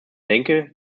denke